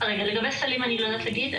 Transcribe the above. לגבי סלים אני לא יודעת להגיד,